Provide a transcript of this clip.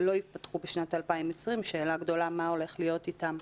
אלה לא ייפתחו בשנת 2020 ושאלה גדולה היא מה הולך להיות אתם.